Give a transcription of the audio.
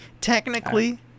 Technically